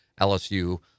LSU